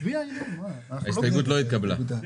הצבעה לא אושר ההסתייגות לא התקבלה.